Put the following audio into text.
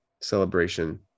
celebration